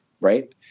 right